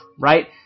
right